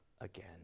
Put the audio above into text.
again